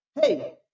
Hey